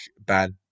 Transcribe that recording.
Bad